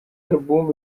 album